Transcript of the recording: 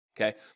Okay